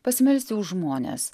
pasimelsti už žmones